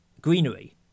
Greenery